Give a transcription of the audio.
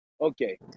Okay